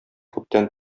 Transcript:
күптән